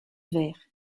verre